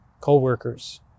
co-workers